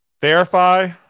Verify